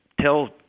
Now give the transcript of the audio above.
Tell